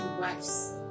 wives